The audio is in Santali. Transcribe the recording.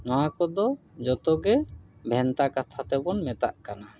ᱱᱚᱣᱟ ᱠᱚᱫᱚ ᱡᱚᱛᱚ ᱜᱮ ᱵᱷᱮᱱᱛᱟ ᱠᱟᱛᱷᱟ ᱛᱮᱵᱚᱱ ᱢᱮᱛᱟᱜ ᱠᱟᱱᱟ